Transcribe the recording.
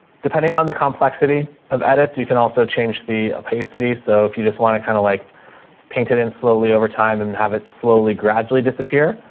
depending on the complexity of edits, you can also change the pace city. so if you just want to kind of like paint it in slowly over time and have it slowly, gradually disappear,